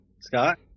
Scott